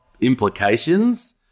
implications